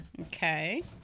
Okay